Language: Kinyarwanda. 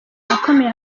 akomeye